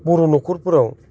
बर' न'खरफोराव